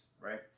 right